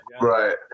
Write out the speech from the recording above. right